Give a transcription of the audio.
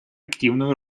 активную